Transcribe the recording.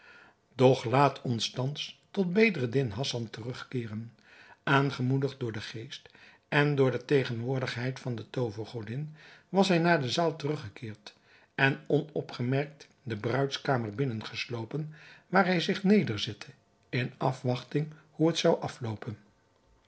doch laat ons thans tot bedreddin hassan terugkeeren aangemoedigd door den geest en door de tegenwoordigheid van de toovergodin was hij naar de zaal teruggekeerd en onopgemerkt de bruidskamer binnen geslopen waar hij zich nederzette in afwachting hoe het zou afloopen